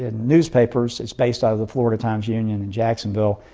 ah newspapers. it's based out of the florida times-union in jacksonville.